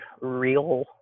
real